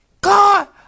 God